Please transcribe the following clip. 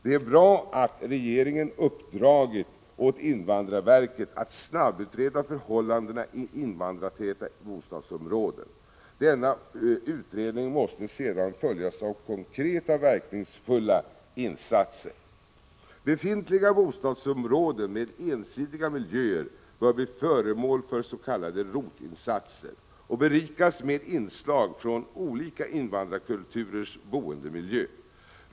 Det är bra att regeringen uppdragit åt invandrarverket att snabbutreda förhållandena i invandrartäta bostadsområden. Denna utredning måste sedan följas av konkreta verkningsfulla insatser. Befintliga bostadsområden med ensidiga miljöer bör bli föremål för s.k. ROT-insatser och berikas med inslag från olika invandrarkulturers boendemiljö.